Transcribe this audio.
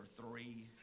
three